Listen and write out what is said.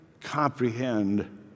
comprehend